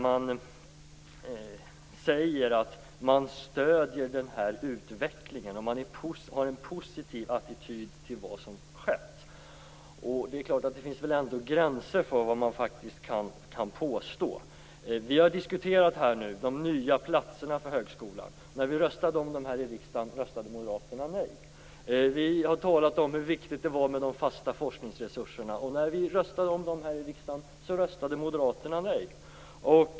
Man säger att man stöder den här utvecklingen och att man har en positiv attityd till vad som skett. Det finns väl ändå gränser för vad man kan påstå. Vi har nu diskuterat de nya platserna för högskolan. När vi röstade om dem här i riksdagen röstade moderaterna nej. Vi har talat om hur viktigt det var med de fasta forskningsresurserna. När vi röstade om dem här i riksdagen röstade moderaterna nej.